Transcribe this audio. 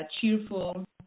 Cheerful